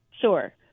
sure